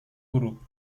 guru